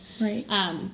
Right